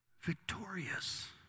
victorious